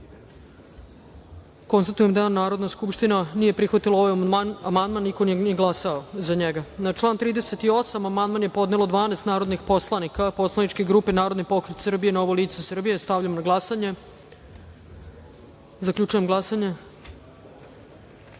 glasanje. Konstatujem da Narodna skupština nije prihvatila ovaj amandman. Niko nije glasao za njega. Na član 38. amandman je podnelo 12 narodnih poslanika Poslaničke grupe Narodni pokret Srbije – Novo lice Srbije. Stavljam na glasanje. Zaključujem glasanje: